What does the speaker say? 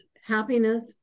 happiness